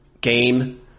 game